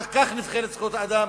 בכך נבחנות זכויות אדם